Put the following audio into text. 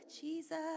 Jesus